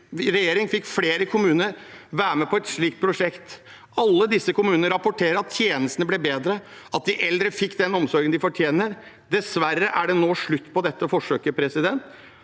regjering fikk flere kommuner være med på et slikt prosjekt. Alle disse kommunene rapporterer at tjenestene ble bedre og at de eldre fikk den omsorgen de fortjener. Dessverre er det nå slutt på dette forsøket. Nå er det